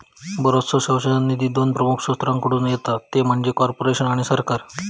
बरोचसो संशोधन निधी दोन प्रमुख स्त्रोतांकडसून येता ते म्हणजे कॉर्पोरेशन आणि सरकार